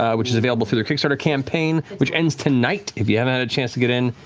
ah which is available through their kickstarter campaign, which ends tonight. if you haven't had a chance to get in,